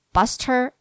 Buster